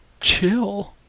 chill